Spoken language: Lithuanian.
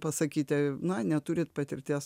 pasakyti na neturit patirties